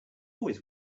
always